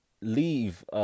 leave